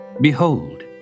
behold